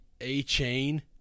A-Chain